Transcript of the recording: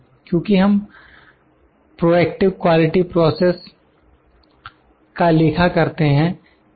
क्योंकि हम proactive quality process का लेखा करते हैं